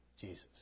Jesus